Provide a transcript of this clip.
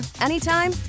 anytime